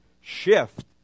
shift